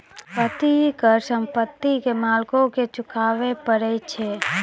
संपत्ति कर संपत्ति के मालिको के चुकाबै परै छै